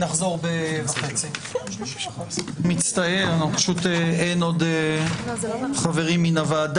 נחזור בשעה 12:30. (הישיבה נפסקה בשעה 12:22 ונתחדשה בשעה 12:33.)